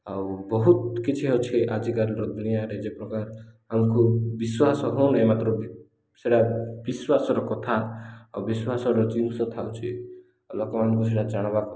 ଆଉ ବହୁତ କିଛି ଅଛି ଆଜିକାର ଦୁନିଆରେ ଯେ ପ୍ରକାର ଆମକୁ ବିଶ୍ୱାସ ହଉନି ମାତ୍ର ସେଇଟା ବିଶ୍ୱାସର କଥା ଆଉ ବିଶ୍ୱାସର ଜିନିଷ ଥାଉଛି ଆଉ ଲୋକମାନଙ୍କୁ ସେଇଟା ଜାଣିବାର କଥା